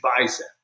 bicep